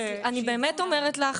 --- אני באמת אומרת לך,